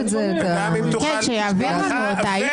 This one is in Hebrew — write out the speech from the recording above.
ברגע שזה עובר לממשלה על מי בעצם --- נכון,